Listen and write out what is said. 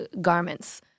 garments